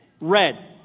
Red